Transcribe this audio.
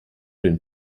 den